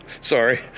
sorry